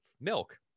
milk